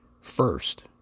first